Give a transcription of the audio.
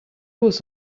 was